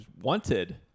wanted